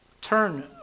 Turn